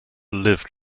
lived